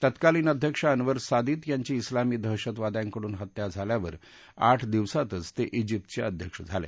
तत्कालिन अध्यक्ष Anwar Sadat यांची क्लामी दहशतवाद्यांकडून हत्या झाल्यावर आठ दिवसातच ते जिप्तचे अध्यक्ष झाले